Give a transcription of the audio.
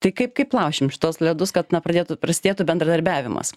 tai kaip kaip laušim šituos ledus kad na pradėtų prasidėtų bendradarbiavimas